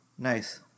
Nice